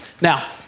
Now